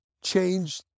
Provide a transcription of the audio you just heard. change